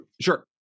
sure